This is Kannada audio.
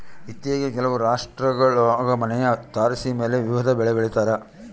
ಇತ್ತೀಚಿಗೆ ಕೆಲವು ರಾಷ್ಟ್ರಗುಳಾಗ ಮನೆಯ ತಾರಸಿಮೇಲೆ ವಿವಿಧ ಬೆಳೆ ಬೆಳಿತಾರ